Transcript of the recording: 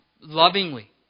lovingly